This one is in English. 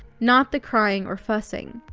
not the crying or fussing.